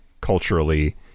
culturally